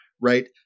right